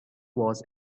was